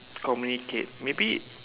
communicate maybe